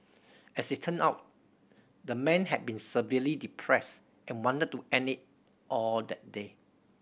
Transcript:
as it turn out the man had been severely depressed and wanted to end it all that day